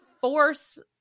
force